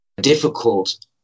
difficult